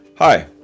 Hi